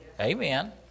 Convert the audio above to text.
amen